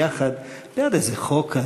בעד איזה חוק,